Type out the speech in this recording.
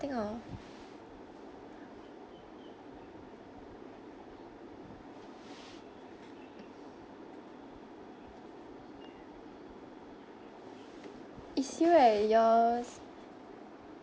think of it's you right your